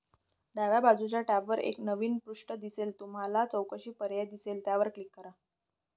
डाव्या बाजूच्या टॅबवर एक नवीन पृष्ठ दिसेल तुम्हाला चौकशी पर्याय दिसेल त्यावर क्लिक करा